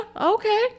okay